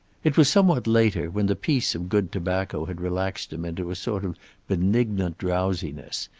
it was somewhat later, when the peace of good tobacco had relaxed him into a sort of benignant drowsiness,